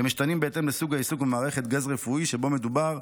והם משתנים בהתאם לסוג העיסוק במערכת הגז הרפואי שבו מדובר,